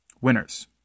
Winners